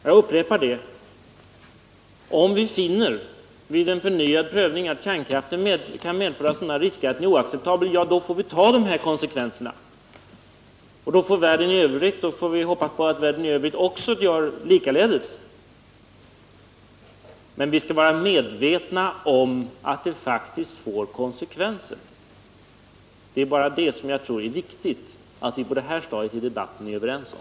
Jag upprepar att om vi finner, vid en förnyad prövning, att kärnkraften kan medföra sådana risker att den är oacceptabel, då får vi ta dessa konsekvenser, och då får vi hoppas att världen i övrigt gör detsamma. Men vi skall vara medvetna om att det faktiskt får konsekvenser. Det är bara det jag tror är viktigt att vi på detta stadium i debatten är överens om.